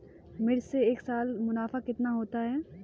मिर्च से एक साल का मुनाफा कितना होता है?